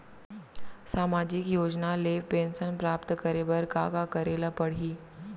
सामाजिक योजना ले पेंशन प्राप्त करे बर का का करे ल पड़ही?